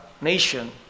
nation